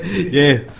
yeah.